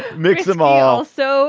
mix them all so,